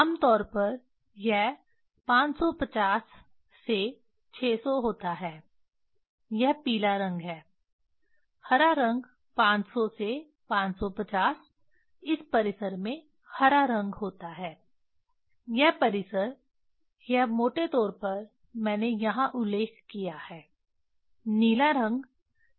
आम तौर पर यह 550 से 600 होता है यह पीला रंग है हरा रंग 500 से 550 इस परिसर में हरा रंग होता है यह परिसर यह मोटे तौर पर मैंने यहाँ उल्लेख किया है नीला रंग 450 से 500